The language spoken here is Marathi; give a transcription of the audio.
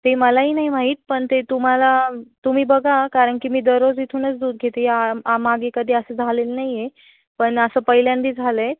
ते मला ही नाही माहीत पण ते तुम्हाला तुम्ही बघा कारण की मी दररोज इथूनच दूध घेते या आ मागे कधी असं झालेलं नाही आहे पण असं पहिल्यांदा झालं आहे